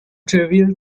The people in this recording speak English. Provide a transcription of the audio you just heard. trivial